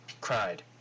cried